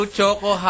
Choco